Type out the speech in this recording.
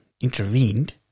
intervened